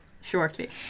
shortly